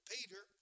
Peter